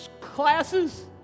classes